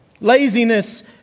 Laziness